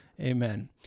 Amen